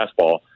fastball